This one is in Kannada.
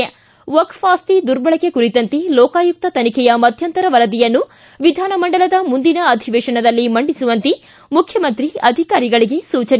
ಿ ವಕ್ಷ್ ಆಸ್ತಿ ದುರ್ಬಳಕೆ ಕುರಿತ ಲೋಕಾಯುಕ್ತ ತನಿಖೆಯ ಮಧ್ಯಂತರ ವರದಿಯನ್ನು ವಿಧಾನಮಂಡಲದ ಮುಂದಿನ ಅಧಿವೇಶನದಲ್ಲಿ ಮಂಡಿಸುವಂತೆ ಮುಖ್ಯಮಂತ್ರಿ ಅಧಿಕಾರಿಗಳಿಗೆ ಸೂಚನೆ